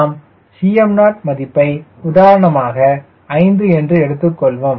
நாம் Cm0 மதிப்பை உதாரணமாக 5 என்று எடுத்துக்கொள்வோம்